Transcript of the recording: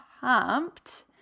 pumped